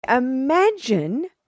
Imagine